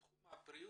בתחום הבריאות,